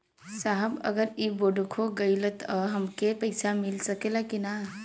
साहब अगर इ बोडखो गईलतऽ हमके पैसा मिल सकेला की ना?